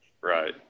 Right